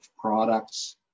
products